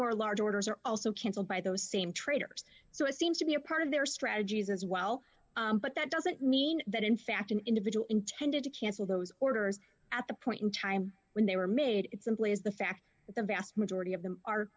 more large orders are also cancelled by those same traders so it seems to be a part of their strategies as well but that doesn't mean that in fact an individual intended to cancel those orders at the point in time when they were made it simply is the fact that the vast majority of them are